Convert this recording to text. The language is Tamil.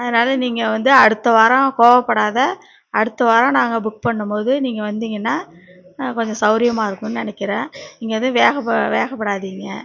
அதனால நீங்கள் வந்து அடுத்த வாரம் கோவப்படாத அடுத்த வாரம் நாங்கள் புக் பண்ணும்போது நீங்கள் வந்தீங்கன்னா கொஞ்சம் சவுரியமாக இருக்குன்னு நினைக்கிறேன் நீங்கள் எதுவும் வேக வேகப்படாதிங்க